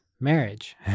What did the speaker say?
Marriage